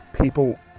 people